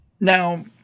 Now